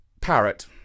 parrot